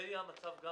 זה יהיה המצב גם